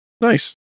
Nice